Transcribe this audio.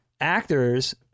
actors